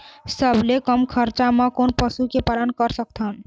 सबले कम खरचा मा कोन पशु के पालन कर सकथन?